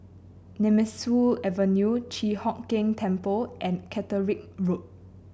Nemesu Avenue Chi Hock Keng Temple and Catterick Road